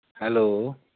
hello